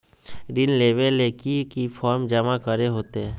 ऋण लेबे ले की की फॉर्म जमा करे होते?